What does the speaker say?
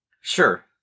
Sure